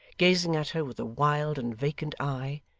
gazing at her with a wild and vacant eye,